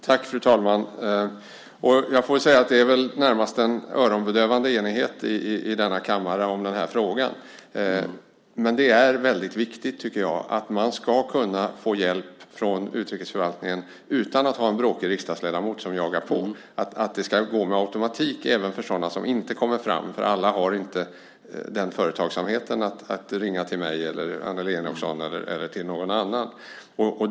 Fru talman! Jag får väl säga att det är en närmast öronbedövande enighet i denna kammare om den här frågan. Men det är väldigt viktigt, tycker jag, att man får hjälp från utrikesförvaltningen utan att ha en bråkig riksdagsledamot som jagar på. Det ska gå med automatik även för sådana som inte kommer fram. Alla har inte den företagsamheten att de ringer till mig, Annelie Enochson eller någon annan.